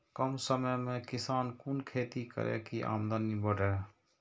कम समय में किसान कुन खैती करै की आमदनी बढ़े?